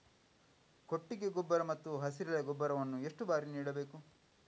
ಕೊಟ್ಟಿಗೆ ಗೊಬ್ಬರ ಮತ್ತು ಹಸಿರೆಲೆ ಗೊಬ್ಬರವನ್ನು ಎಷ್ಟು ಬಾರಿ ನೀಡಬೇಕು?